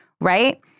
right